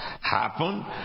happen